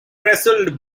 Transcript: wrestled